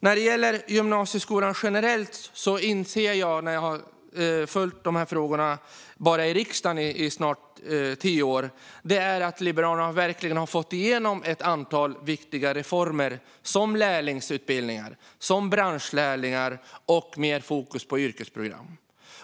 När det gäller gymnasieskolan generellt har jag insett, efter att ha följt dessa frågor i riskdagen under snart tio år, att Liberalerna verkligen har fått igenom ett antal viktiga reformer, som lärlingsutbildning, branschlärlingar och mer fokus på yrkesprogram.